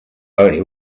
only